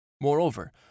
Moreover